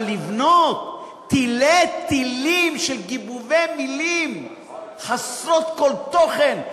אבל לבנות תלי-תלים של גיבובי מילים חסרות כל תוכן,